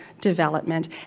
development